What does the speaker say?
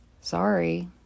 Sorry